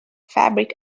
fabric